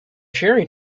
cherry